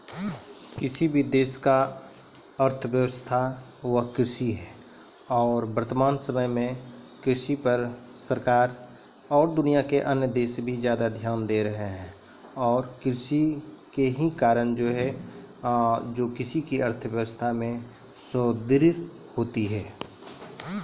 कृषि अर्थशास्त्र के पढ़ाई अबै दुनिया भरि मे होय रहलो छै